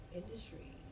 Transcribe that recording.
industry